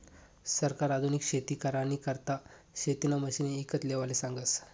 सरकार आधुनिक शेती करानी करता शेतीना मशिने ईकत लेवाले सांगस